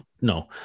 no